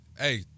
Hey